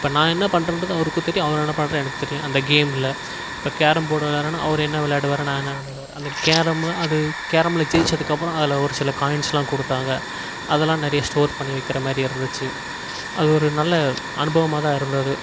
இப்போ நான் என்ன பண்ணுறதுன்னு அவருக்கும் தெரியும் அவர் என்ன பண்ணுறான்னு எனக்கு தெரியும் அந்த கேமில் இப்போ கேரம் போர்ட் விளையாடுறோனா அவர் என்ன விளையாடுவார் நான் என்ன விளையாடுவேன் அந்த கேரமில் அது கேரமில் ஜெயிச்சதுக்கப்புறோம் அதில் ஒரு சில காயின்ஸ்லாம் கொடுத்தாங்க அதெலாம் நிறைய ஸ்டோர் பண்ணி வைக்கிற மாதிரி இருந்துச்சு அது ஒரு நல்ல அனுபவமாக தான் இருந்தது